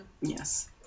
Yes